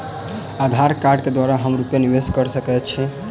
आधार कार्ड केँ द्वारा हम रूपया निवेश कऽ सकैत छीयै?